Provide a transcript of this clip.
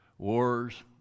Wars